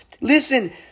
Listen